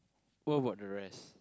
what about the rest